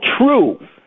true